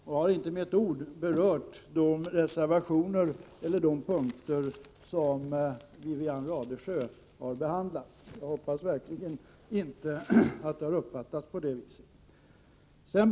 Jag har inte med ett ord berört de reservationer eller de punkter som Wivi-Anne Radesjö har behandlat. Jag hoppas verkligen att det inte har uppfattats på det sättet.